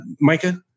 Micah